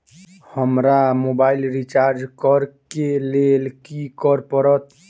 हमरा mobile recharge करऽ केँ लेल की करऽ पड़त?